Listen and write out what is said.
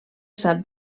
sap